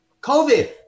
COVID